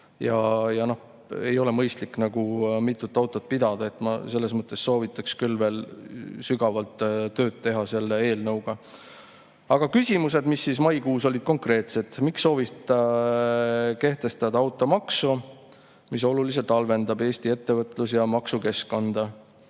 ei ole mõistlik mitut autot pidada. Ma selles mõttes soovitaks küll veel sügavalt tööd teha selle eelnõuga. Aga küsimused olid maikuus konkreetsed. Miks soovite kehtestada automaksu, mis oluliselt halvendab Eesti ettevõtlus‑ ja maksukeskkonda?